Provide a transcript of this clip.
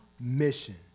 mission